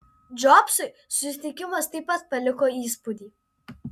džobsui susitikimas taip pat paliko įspūdį